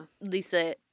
Lisa